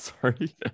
Sorry